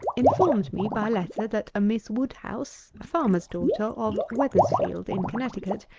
informed me, by letter, that a miss woodhouse, a farmer's daughter, of weathersfield, in connecticut,